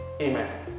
Amen